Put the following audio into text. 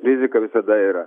rizika visada yra